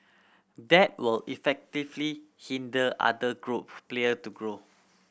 that will effectively hinder other group player to grow